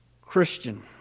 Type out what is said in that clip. Christian